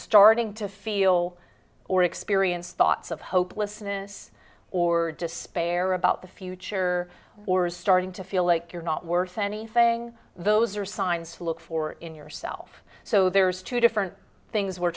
starting to feel or experience thoughts of hopelessness or despair about the future or is starting to feel like you're not worth anything those are signs to look for in yourself so there's two different things we